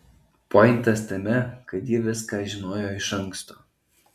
pointas tame kad ji viską žinojo iš anksto